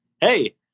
hey